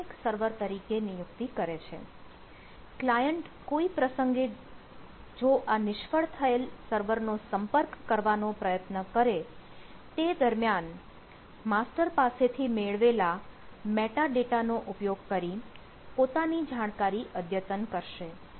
અને ક્લાયન્ટ આ સુધારાનો સમાવેશ કરશે